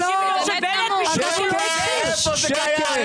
שקר, שקר.